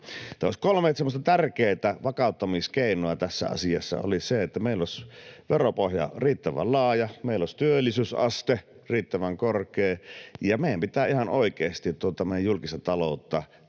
tärkeätä vakauttamiskeinoa tässä asiassa olisi, että meillä olisi veropohja riittävän laaja, meillä olisi työllisyysaste riittävän korkea ja meidän pitää ihan oikeasti meidän julkista taloutta